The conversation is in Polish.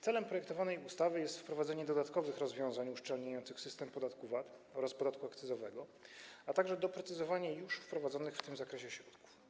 Celem projektowanej ustawy jest wprowadzenie dodatkowych rozwiązań uszczelniających system podatku VAT oraz podatku akcyzowego, a także doprecyzowanie już wprowadzonych w tym zakresie środków.